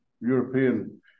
European